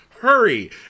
Hurry